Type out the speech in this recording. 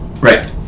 Right